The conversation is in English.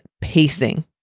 pacing